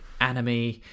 anime